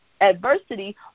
adversity